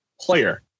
player